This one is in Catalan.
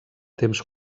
temps